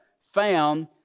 found